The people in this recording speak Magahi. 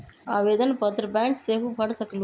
आवेदन पत्र बैंक सेहु भर सकलु ह?